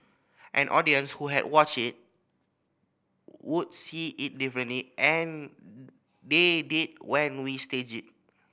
an audience who had watched it would see it differently and they did when we staged it